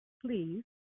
please